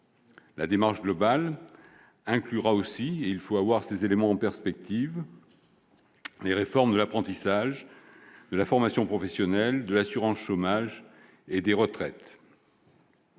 La démarche globale inclura aussi- il faut mettre ces éléments en perspective -les réformes de l'apprentissage, de la formation professionnelle, de l'assurance chômage et des retraites.